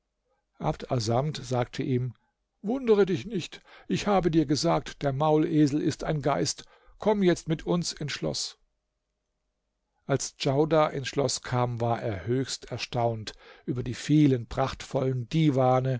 abd assamd sagte ihm wundere dich nicht ich habe dir gesagt der maulesel ist ein geist komm jetzt mit uns ins schloß als djaudar ins schloß kam war er höchst erstaunt über die vielen prachtvollen divane